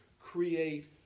create